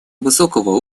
высокого